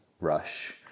rush